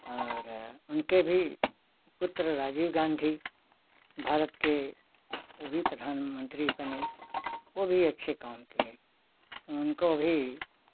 और उनके भी पुत्र राजीव गांधी भारत के वह भी प्रधानमंत्री बनें वह भी अच्छे काम किए उनको भी